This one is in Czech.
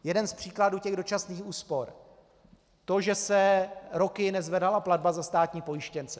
Jeden z příkladů dočasných úspor: to, že se roky nezvedala platba za státní pojištěnce.